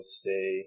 stay